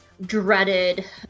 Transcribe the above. dreaded